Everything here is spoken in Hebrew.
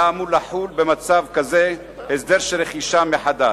אמור לחול במצב כזה הסדר של רכישה מחדש,